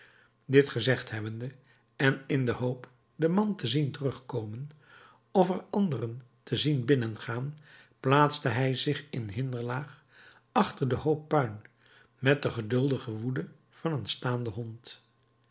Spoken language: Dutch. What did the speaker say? dit gezegd hebbende en in de hoop den man te zien terugkomen of er anderen te zien binnengaan plaatste hij zich in hinderlaag achter den hoop puin met de geduldige woede van een staanden hond